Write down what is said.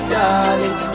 darling